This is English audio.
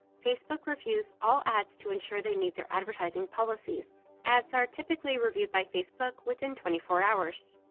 facebook reviews all ads to ensure they meet their advertising policies ads are typically reviewed by facebook within twenty four hours.